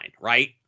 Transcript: right